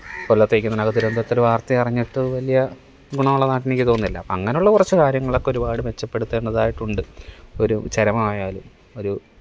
കൊല്ലത്ത് നിൽക്കുന്നവന് തിരുവനന്തപുരത്തെ ഒരു വാര്ത്തയറിഞ്ഞിട്ട് വലിയ ഗുണമുള്ളതായിട്ട് എനിക്ക് തോന്നുന്നില്ല അപ്പം അങ്ങനെ ഉള്ള കുറച്ച് കാര്യങ്ങളൊക്ക ഒരുപാട് മെച്ചപ്പെടുത്തേണ്ടതായിട്ടുണ്ട് ഒരു ചരമമായാലും ഒരു